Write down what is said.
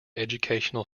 educational